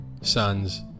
sons